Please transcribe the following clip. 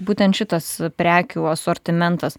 būtent šitas prekių asortimentas